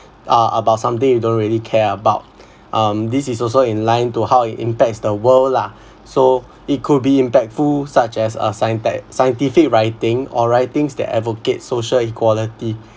uh about something you don't really care about um this is also in line to how it impacts the world lah so it could be impactful such as a scien-tech scientific writing or writings that advocate social equality